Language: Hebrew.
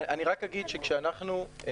אני אגיד ברקע,